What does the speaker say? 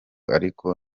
ariko